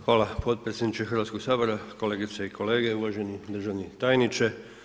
Hvala potpredsjedniče Hrvatskog sabora, kolegice i kolege, uvaženi državni tajniče.